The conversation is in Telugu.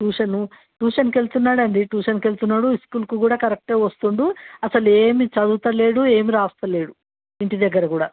ట్యూషన్ ట్యూషన్కి వెళ్తున్నాడు అండి ట్యూషన్కి వెళ్తున్నాడు ఇస్కూలుకి కూడా కరెక్ట్గా వస్తుండు అసలేమీ చదువుతలేడు ఏమీ రాస్తలేడు ఇంటి దగ్గర కూడా